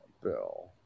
Bill